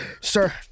Sir